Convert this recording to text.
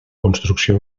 construcció